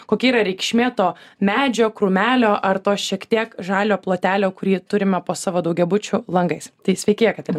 kokie yra reikšmė to medžio krūmelio ar to šiek tiek žalio plotelio kurį turime po savo daugiabučių langais tai sveiki jakaterina